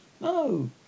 No